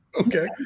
Okay